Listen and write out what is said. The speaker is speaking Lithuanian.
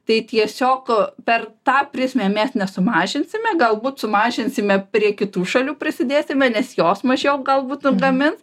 tai tiesiog per tą prizmę mes nesumažinsime galbūt sumažinsime prie kitų šalių prisidėsime nes jos mažiau galbūt gamins